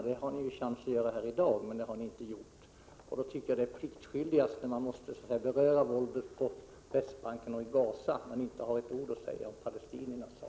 Det har ni chans att göra här i dag, men det har ni inte gjort. Då tycker jag att det är pliktskyldigast, när ni berör våldet på Västbanken och i Gaza men inte har ett ord att säga om palestiniernas sak.